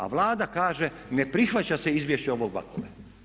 A Vlada kaže ne prihvaća se izvješće ovog Vakule.